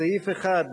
סעיף 1,